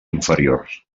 inferiors